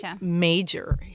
major